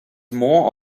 more